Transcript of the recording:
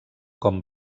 com